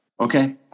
Okay